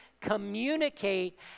communicate